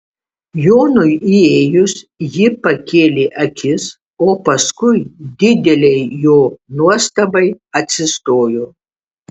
jonui įėjus ji pakėlė akis o paskui didelei jo nuostabai atsistojo